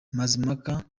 mazimpaka